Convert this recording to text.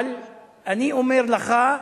אבל אני אומר לך,